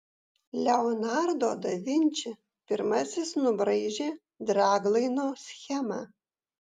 leonardo da vinči pirmasis nubraižė draglaino schemą